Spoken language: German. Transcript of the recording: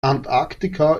antarktika